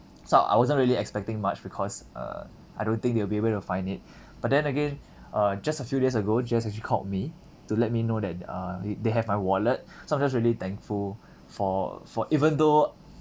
so I wasn't really expecting much because uh I don't think they'll be able to find it but then again uh just a few days ago jess actually called me to let me know that uh they they have my wallet so I'm just really thankful for for even though